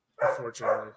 unfortunately